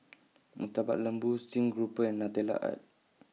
Murtabak Lembu Stream Grouper and Nutella Tart